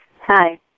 Hi